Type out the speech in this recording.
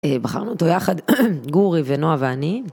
בחרנו אותו יחד, גורי ונועה ואני..